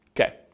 Okay